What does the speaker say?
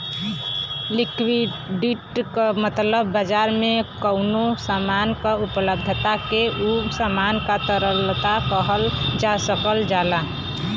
liquidity क मतलब बाजार में कउनो सामान क उपलब्धता के उ सामान क तरलता कहल जा सकल जाला